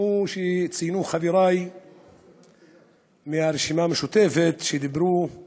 כמו שציינו חברי מהרשימה המשותפת שדיברו, הוא